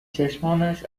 چشمانش